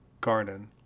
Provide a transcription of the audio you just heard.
garden